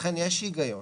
לכן יש היגיון